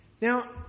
Now